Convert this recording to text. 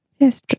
Yes